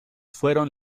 fueron